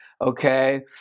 Okay